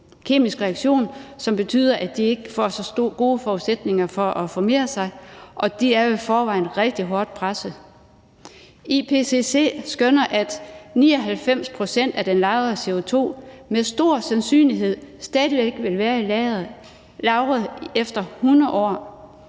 kemisk reaktion, som betyder, at de ikke får så gode forudsætninger for at formere sig, og de er jo i forvejen rigtig hårdt presset. IPCC skønner, at 99 pct. af den lagrede CO2 med stor sandsynlighed stadig væk vil være lagret efter 100 år,